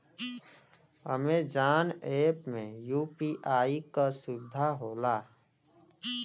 Amazon app में UPI क सुविधा होला